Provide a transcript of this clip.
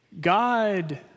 God